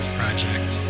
project